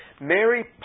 Mary